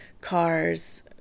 Cars